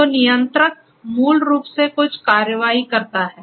तो नियंत्रक मूल रूप से कुछ कार्रवाई करता है